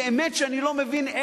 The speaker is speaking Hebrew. באמת שאני לא מבין,